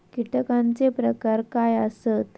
कीटकांचे प्रकार काय आसत?